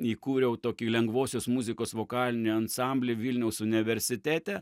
įkūriau tokį lengvosios muzikos vokalinį ansamblį vilniaus universitete